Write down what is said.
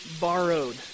borrowed